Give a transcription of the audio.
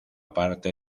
parte